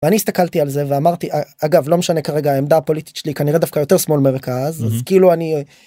אני הסתכלתי על זה ואמרתי אגב לא משנה כרגע עמדה פוליטית שלי כנראה דווקא יותר שמאל מרכז אז כאילו אני.